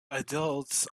adults